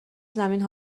زمین